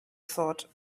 thought